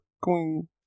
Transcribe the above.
queen